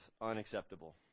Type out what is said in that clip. unacceptable